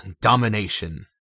DOMINATION